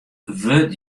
wurdt